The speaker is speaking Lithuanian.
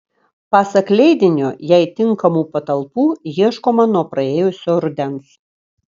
pasak leidinio jai tinkamų patalpų ieškoma nuo praėjusio rudens